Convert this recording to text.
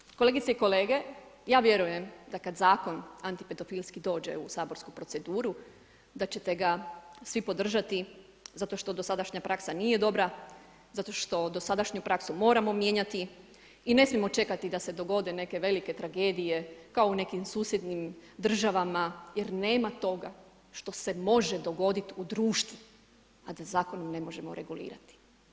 I stoga, kolegice i kolege, ja vjerujem, da kada zakon antipedofilski dođe u saborsku proceduru da ćete ga svi podržati zato što dosadašnja praksa nije dobra, zato što dosadašnju praksu moramo mijenjati i ne smijemo čekati da se dogode neke velike tragedije, kao u susjednim državama, jer nema toga, što se može dogoditi u društvu kada zakon ne možemo regulirati.